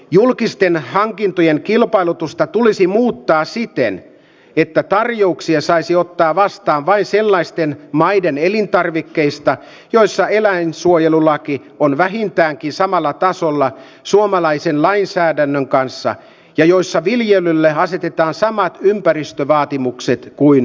julkisten hankintojen kilpailutusta tulisi muuttaa ehdotan että tarjouksia saisi ottaa vastaan vain sellaisten maiden elintarvikkeista joissa eläinsuojelulaki on vähintäänkin samalla tasolla suomalaisen lainsäädännön kanssa ja joissa viljelylle asetetaan samat ympäristövaatimukset kuin